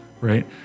right